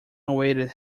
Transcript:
awaited